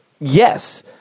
Yes